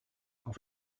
auf